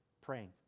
praying